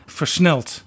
versneld